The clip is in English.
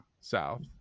south